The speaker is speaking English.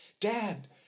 Dad